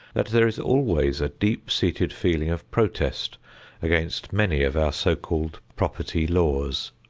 that there is always a deep-seated feeling of protest against many of our so-called property laws.